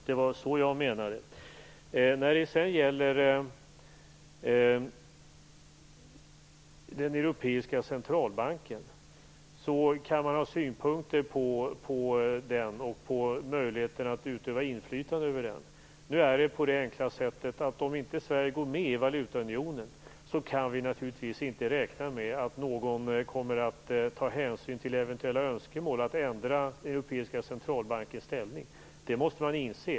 Det var så jag menade. När det sedan gäller den europeiska centralbanken kan man ha synpunkter både på den och på möjligheten att utöva inflytande över den. Men nu är det på det enkla sättet att om inte Sverige går med i valutaunionen kan vi naturligtvis inte räkna med att någon kommer att ta hänsyn till eventuella önskemål från oss om att ändra den europeiska centralbankens ställning. Det måste man inse.